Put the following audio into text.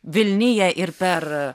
vilnija ir per